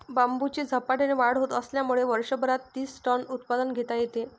बांबूची झपाट्याने वाढ होत असल्यामुळे वर्षभरात तीस टन उत्पादन घेता येते